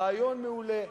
רעיון מעולה,